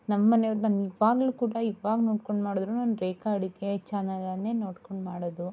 ನಮ್ಮ ಮನೆಯವರನ್ನ ನಾನು ಇವಾಗಲೂ ಕೂಡ ಇವಾಗ ನೋಡ್ಕೊಂಡು ಮಾಡಿದರೂನು ನಾನು ರೇಖಾ ಅಡುಗೆ ಚಾನಲನ್ನೇ ನೋಡ್ಕೊಂಡು ಮಾಡೋದು